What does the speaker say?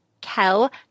Kel